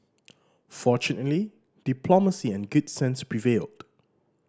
fortunately diplomacy and good sense prevailed